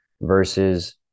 versus